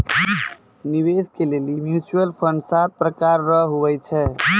निवेश के लेली म्यूचुअल फंड सात प्रकार रो हुवै छै